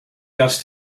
dust